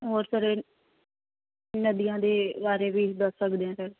ਹੋਰ ਸਰ ਨਦੀਆਂ ਦੇ ਬਾਰੇ ਵੀ ਦੱਸ ਸਕਦੇ ਹਾਂ ਸਰ